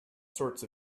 sorts